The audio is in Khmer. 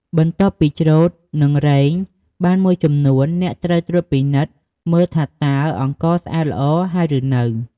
បន្ទាប់ពីច្រូតនិងរែងបានមួយចំនួន អ្នកត្រូវត្រួតពិនិត្យមើលថាតើអង្ករស្អាតល្អហើយឬនៅ។